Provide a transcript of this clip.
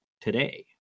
today